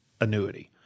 annuity